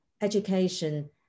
education